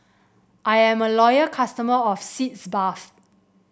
I am a loyal customer of Sitz Bath